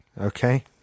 Okay